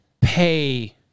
pay